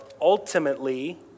ultimately